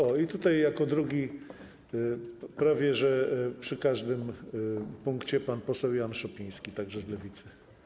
O, jako drugi, prawie przy każdym punkcie, pan poseł Jan Szopiński, także z Lewicy.